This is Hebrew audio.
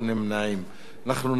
אנחנו נעבור לנושא הבא,